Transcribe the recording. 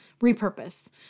repurpose